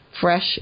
fresh